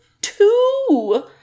two